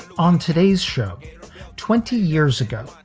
on today's show twenty years ago,